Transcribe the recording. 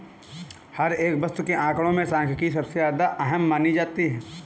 हर एक वस्तु के आंकडों में सांख्यिकी सबसे ज्यादा अहम मानी जाती है